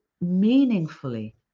meaningfully